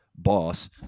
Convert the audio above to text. boss